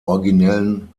originellen